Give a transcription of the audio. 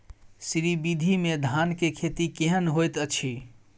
श्री विधी में धान के खेती केहन होयत अछि?